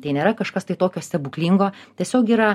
tai nėra kažkas tai tokio stebuklingo tiesiog yra